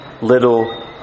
little